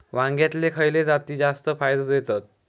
वांग्यातले खयले जाती जास्त फायदो देतत?